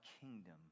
kingdom